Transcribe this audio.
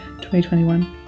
2021